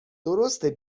درسته